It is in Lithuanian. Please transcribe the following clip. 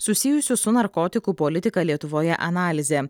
susijusių su narkotikų politika lietuvoje analizė